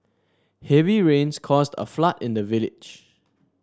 heavy rains caused a flood in the village